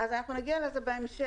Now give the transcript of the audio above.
אז אנחנו נגיע לזה בהמשך.